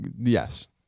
Yes